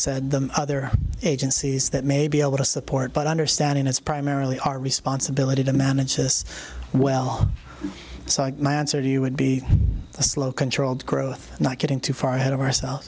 said the other agencies that may be able to support but understanding as primarily our responsibility to manage this well my answer you would be slow controlled growth not getting too far ahead of ourselves